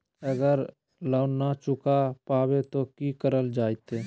अगर लोन न चुका पैबे तो की करल जयते?